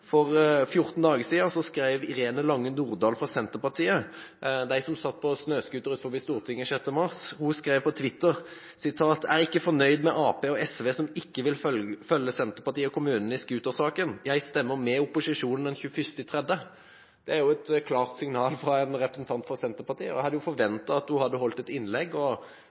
skrev på Twitter: «Er ikke fornøyd med Ap og SV som ikke vil følge Senterpartiet og kommunene i scooter-saken. Jeg stemmer med opposisjonen den 21. Det er et klart signal fra en representant fra Senterpartiet, og jeg hadde forventet at hun hadde holdt et innlegg og i hvert fall hadde fulgt opp det hun skrev på Twitter tidligere. Vårt signal er klart: Vi ønsker et kompromiss. Vi ønsker å ivareta begge hensyn, og